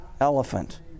elephant